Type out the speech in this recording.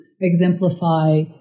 exemplify